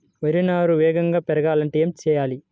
వరి నారు వేగంగా పెరగాలంటే ఏమి చెయ్యాలి?